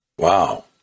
Wow